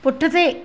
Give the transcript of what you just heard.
पुठिते